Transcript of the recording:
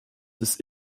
ist